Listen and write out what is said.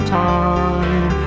time